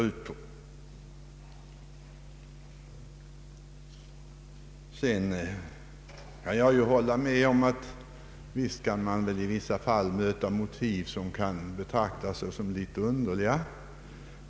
Sedan kan jag hålla med om att man i vissa fall kan möta motiv som kan betraktas som litet underliga.